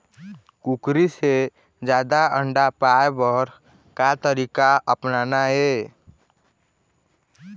कुकरी से जादा अंडा पाय बर का तरीका अपनाना ये?